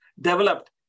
developed